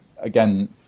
again